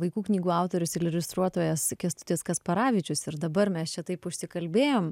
vaikų knygų autorius ir iliustruotojas kęstutis kasparavičius ir dabar mes čia taip užsikalbėjom